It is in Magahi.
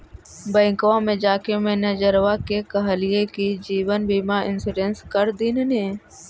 बैंकवा मे जाके मैनेजरवा के कहलिऐ कि जिवनबिमा इंश्योरेंस कर दिन ने?